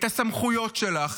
את הסמכויות שלך,